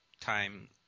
time